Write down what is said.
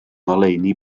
ngoleuni